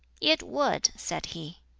it would, said he.